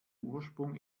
ursprung